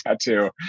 tattoo